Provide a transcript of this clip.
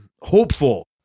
hopeful